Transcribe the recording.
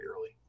early